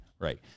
Right